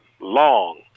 long